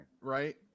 right